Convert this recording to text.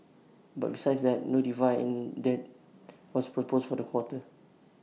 but besides that no dividend was proposed for the quarter